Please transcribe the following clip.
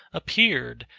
appeared,